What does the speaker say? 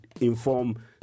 inform